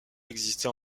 exister